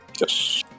Yes